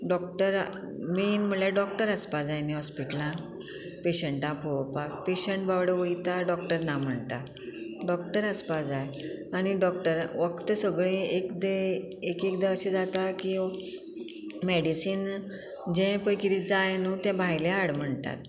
doctor मेन म्हणल्यार doctor आसपा जाय न्ही हॉस्पिटलान पेशंटां पळोवपाक पेशंट बावडो वयता डॉक्टर ना म्हणटा डॉक्टर आसपा जाय आनी डॉक्टर वखद सगळें एकदां एक एकदां अशें जाता की मॅडिसीन जें पळय कितें जाय न्हू तें भायलें हाड म्हणटात